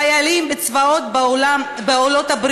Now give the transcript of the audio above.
חיילים בצבאות בעלות-הברית,